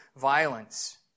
violence